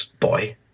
boy